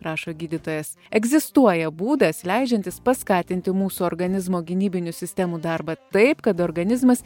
rašo gydytojas egzistuoja būdas leidžiantis paskatinti mūsų organizmo gynybinių sistemų darbą taip kad organizmas